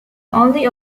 only